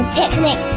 picnic